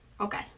Okay